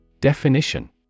Definition